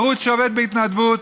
זה ערוץ שעובד בהתנדבות,